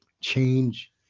change